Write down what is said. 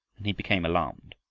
and he became alarmed.